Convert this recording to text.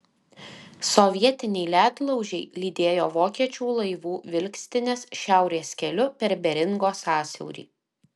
sovietiniai ledlaužiai lydėjo vokiečių laivų vilkstines šiaurės keliu per beringo sąsiaurį